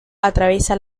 atraviesa